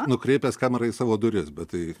nukreipęs kamerą į savo duris bet tai